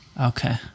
Okay